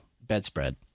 bedspread